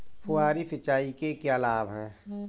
फुहारी सिंचाई के क्या लाभ हैं?